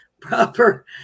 proper